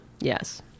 Yes